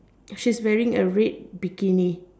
she's wearing a red bikini